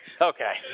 okay